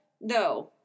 No